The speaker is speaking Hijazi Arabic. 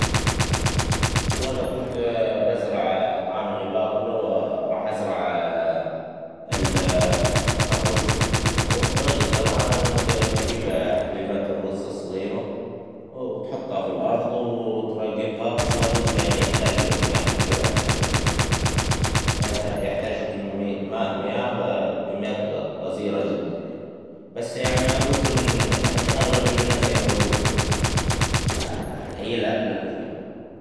والله إذا كنت بزرع الطعام إللي باكله، راح ازرع ال الرو وطرقة زرعه، إنك بتجيب حبيبات الرزز الصغيرا، وبتحطها في الأرظ، وتراقبها، بس الرز يعني يحتاج مياه كثيرة، يعني عشان ينزرع، يحتاج كمي- ماء- مياه بكميات غزيرة جدا يعني، بس يعني الرز من يعن- أغلب الناس ياكلون رز يعني، هيا الأكلة المفيدة.